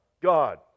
God